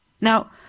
now